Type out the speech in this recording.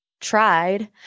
tried